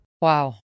Wow